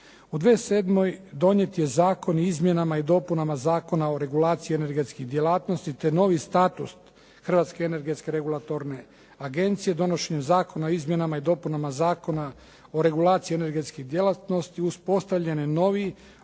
U 2007. donijet je Zakon o izmjenama i dopunama Zakona o regulaciji energetskih djelatnosti, te novi status Hrvatske energetske regulatorne agencije. Donošenjem Zakona o izmjenama i dopunama Zakona o regulaciji energetskih djelatnosti, uspostavljen je novi